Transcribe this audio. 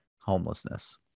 homelessness